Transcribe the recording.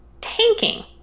tanking